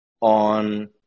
on